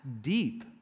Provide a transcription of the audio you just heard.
deep